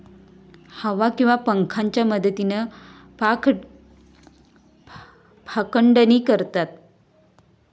हवा किंवा पंख्याच्या मदतीन पाखडणी करतत